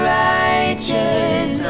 righteous